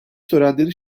törenleri